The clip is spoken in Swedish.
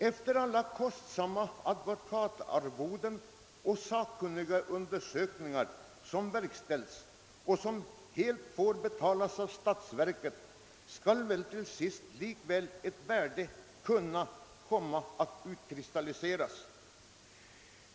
Efter alla de höga advokatarvoden som utbetalats och de av statsverket bekostade sakkunnigundersökningar som verkställts kommer väl dock till sist ett ersättningsbelopp att utkristalliseras.